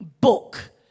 book